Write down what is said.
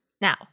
Now